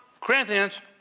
Corinthians